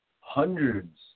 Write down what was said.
Hundreds